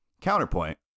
Counterpoint